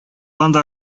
анда